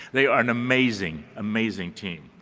they are an amazing, amazing team.